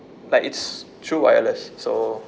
like it's true wireless so